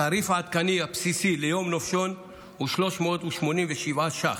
התעריף העדכני הבסיסי ליום נופשון הוא 387 שקלים.